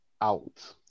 out